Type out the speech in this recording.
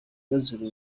bazira